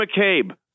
McCabe